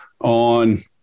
on